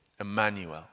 Emmanuel